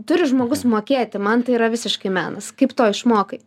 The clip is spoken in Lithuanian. turi žmogus mokėti man tai yra visiškai menas kaip to išmokai